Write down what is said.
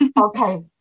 Okay